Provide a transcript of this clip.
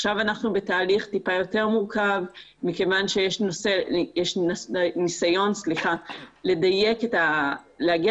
עכשיו אנחנו בתהליך מעט יותר מורכב מכיוון שיש ניסיון לדייק ולהגיע